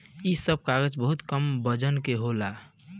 इ सब कागज बहुत कम वजन के होला